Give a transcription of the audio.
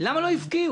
למה לא הפקיעו.